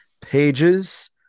pages